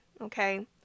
okay